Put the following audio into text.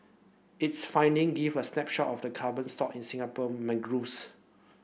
its finding give a snapshot of the carbon stock in Singapore mangroves